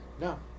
No